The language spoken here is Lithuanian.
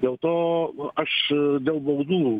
dėl to aš dėl baudų